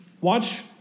Watch